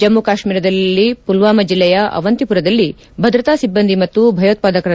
ಜಮ್ಮು ಕಾಶ್ಮೀರದಲ್ಲಿ ಪುಲ್ಲಾಮಾ ಜಿಲ್ಲೆಯ ಅವಂತಿಪುರದಲ್ಲಿ ಭದ್ರತಾ ಸಿಬ್ಬಂದಿ ಮತ್ತು ಭಯೋತ್ಸಾದಕರ